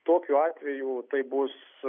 tokiu atveju tai bus